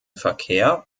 verkehr